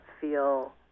feel